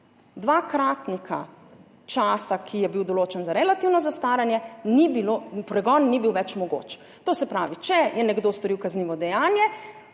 dvakratnika časa, ki je bil določen za relativno zastaranje, pregon ni bil več mogoč. To se pravi, če je nekdo storil kaznivo dejanje,